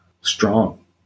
strong